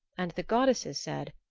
and the goddesses said,